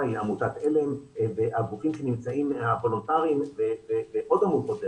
היא עמותת עלם והגופים הוולונטריים ועוד עמותות,